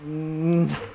mm